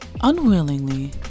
Unwillingly